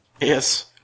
Yes